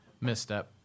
Misstep